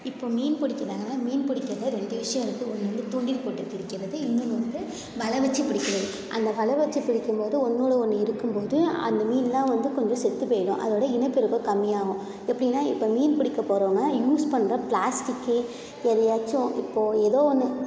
இப்போது மீன் பிடிக்கிறாங்கன்னா மீன் பிடிக்கிறதுல ரெண்டு விஷயம் இருக்குது ஒன்று வந்து தூண்டில் போட்டுப் பிடிக்கிறது இன்னொன்னு வந்து வலை வச்சிப் பிடிக்கிறது அந்த வலை வச்சிப் பிடிக்கும்போது ஒன்றோட ஒன்று இருக்கும் போது அந்த மீன்லாம் வந்து கொஞ்சம் செத்துப் போயிடும் அதோட இனப்பெருக்கம் கம்மியாகும் எப்படின்னா இப்போ மீன் பிடிக்கப் போகிறவங்க யூஸ் பண்ணுற ப்ளாஸ்டிக்கு எதையாச்சும் இப்போது ஏதோ ஒன்று